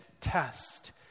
test